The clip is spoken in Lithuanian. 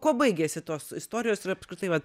kuo baigėsi tos istorijos ir apskritai vat